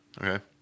Okay